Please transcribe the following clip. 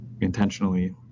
intentionally